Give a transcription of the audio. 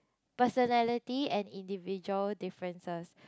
personality and individual differences